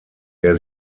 der